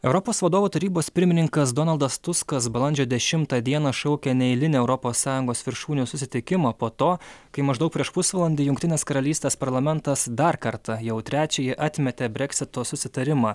europos vadovų tarybos pirmininkas donaldas tuskas balandžio dešimtą dieną šaukia neeilinį europos sąjungos viršūnių susitikimą po to kai maždaug prieš pusvalandį jungtinės karalystės parlamentas dar kartą jau trečiąjį atmetė breksito susitarimą